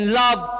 love